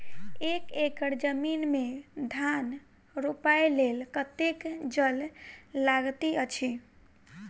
एक एकड़ जमीन मे धान रोपय लेल कतेक जल लागति अछि?